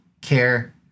care